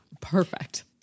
Perfect